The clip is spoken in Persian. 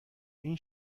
این